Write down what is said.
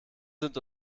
sind